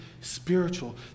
spiritual